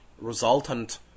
resultant